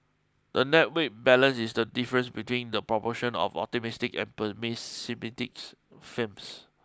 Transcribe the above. the net weight balance is the difference between the proportion of optimistic and pessimistic firms